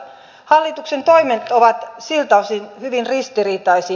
hallituksen toimet ovat siltä osin hyvin ristiriitaisia